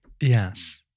Yes